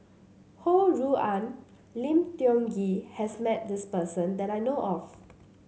Ho Rui An Lim Tiong Ghee has met this person that I know of